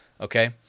okay